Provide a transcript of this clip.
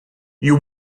you